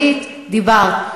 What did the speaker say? עלית, דיברת.